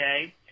okay